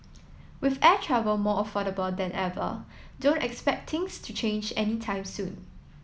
with air travel more affordable than ever don't expect things to change any time soon